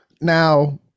now